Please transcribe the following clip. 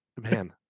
man